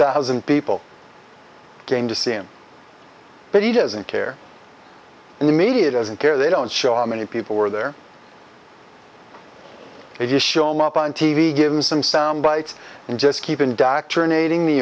thousand people came to see him but he doesn't care and the media doesn't care they don't show how many people were there just showing up on t v give him some soundbites and just keep indoctrinat